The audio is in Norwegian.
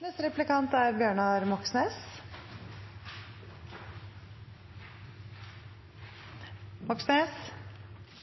Det at partiene har ulike syn på jernbanepolitikk, er